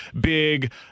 big